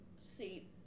See